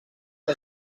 que